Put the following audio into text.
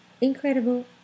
incredible